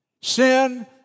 Sin